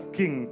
king